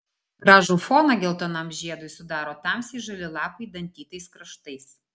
gražų foną geltonam žiedui sudaro tamsiai žali lapai dantytais kraštais